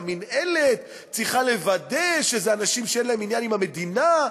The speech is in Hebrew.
והמינהלת צריכה לוודא שאלה אנשים שאין להם עניין עם המדינה,